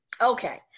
Okay